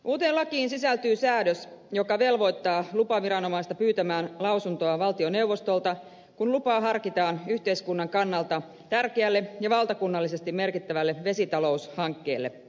uuteen lakiin sisältyy säädös joka velvoittaa lupaviranomaista pyytämään lausuntoa valtioneuvostolta kun lupaa harkitaan yhteiskunnan kannalta tärkeälle ja valtakunnallisesti merkittävälle vesitaloushankkeelle